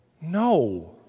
No